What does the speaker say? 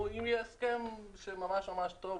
אם יהיה הסכם ממש ממש טוב,